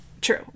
True